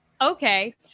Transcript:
okay